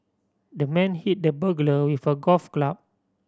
the man hit the burglar with a golf club